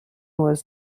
was